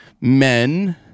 men